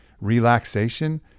relaxation